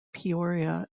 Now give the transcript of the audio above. peoria